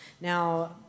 Now